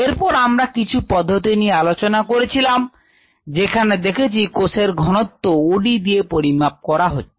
এরপর আমরা কিছু পদ্ধতি নিয়ে আলোচনা করেছিলাম যেখানে দেখেছি কোষের ঘনত্ব OD দিয়ে পরিমাপ করা হচ্ছে